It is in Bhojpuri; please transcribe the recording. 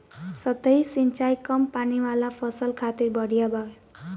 सतही सिंचाई कम पानी वाला फसल खातिर बढ़िया बावे